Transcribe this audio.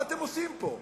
מה אתם עושים פה?